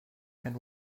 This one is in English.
and